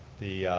the